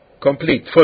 complete